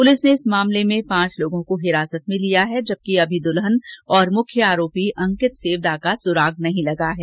police ने इस मामले में पांच लोगों को हिरासत में लिया है जबकि अभी दुल्हन और मुख्य आरोपी अंकित सेवदा का सुराग नहीं लगा है